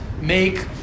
make